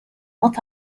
what